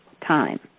time